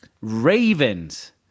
Ravens